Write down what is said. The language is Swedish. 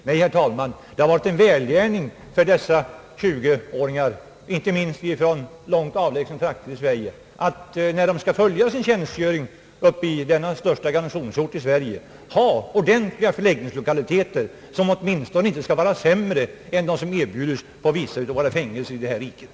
Nej, herr talman, det har varit en välgärning för dessa tjugoåringar, inte minst för dem som kommer från långt avlägsna trakter i Sverige, att när de skall fullgöra sin tjänstgöring uppe i denna den störs ta garnisonsorten i Sverige, förläggas i ordentliga lokaliteter som åtminstone inte skall vara sämre än vad som erbjudes i vissa av våra fängelser i det här riket.